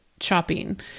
Shopping